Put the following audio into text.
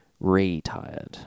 Retired